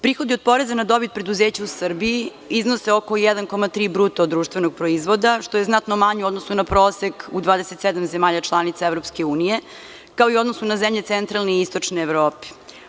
Prihodi od poreza na dobit preduzeća u Srbiji iznose oko 1,3 bruto društvenog proizvoda, što je znatno manje u odnosu na prosek 27 zemalja članica EU, kao i u odnosu na zemlje centralne i istočne Evrope.